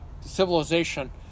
civilization